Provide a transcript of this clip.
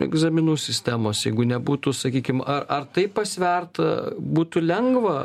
egzaminų sistemos jeigu nebūtų sakykim a ar tai pasvert būtų lengva